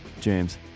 James